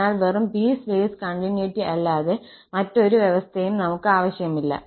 അതിനാൽ വെറും piecewise continuity അല്ലാതെ മറ്റൊരു വ്യവസ്ഥയും നമുക്ക് ആവശ്യമില്ല